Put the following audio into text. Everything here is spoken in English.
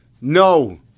No